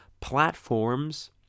platforms